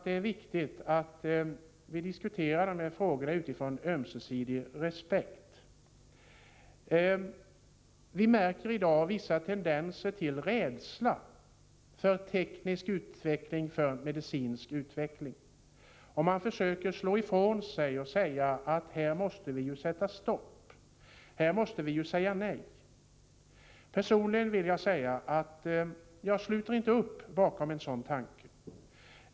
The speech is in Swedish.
Det är viktigt att vi diskuterar de här frågorna utifrån en ömsesidig respekt. Vi märker i dag vissa tendenser till rädsla för teknisk och medicinsk utveckling. Man försöker slå ifrån sig och menar: Här måste vi sätta stopp; här måste vi säga nej. Personligen vill jag säga att jag inte sluter upp bakom en sådan tanke.